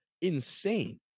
insane